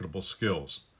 skills